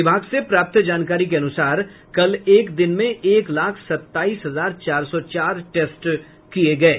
विभाग से प्राप्त जानकारी के अनुसार कल एक दिन में एक लाख सत्ताईस हजार चार सौ चार टेस्ट किये गये